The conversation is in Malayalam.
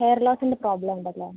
ഹെയർ ലോസിൻ്റെ പ്രോബ്ലം ഉണ്ടല്ലേ